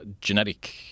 genetic